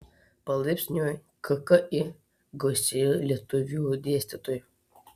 palaipsniui kki gausėjo lietuvių dėstytojų